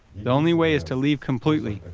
the only way is to leave completely,